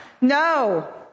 No